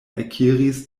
ekiris